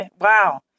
wow